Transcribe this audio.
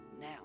now